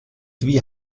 wie